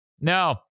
no